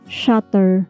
shutter